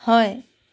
হয়